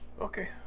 Okay